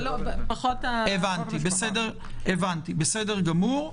בסדר גמור.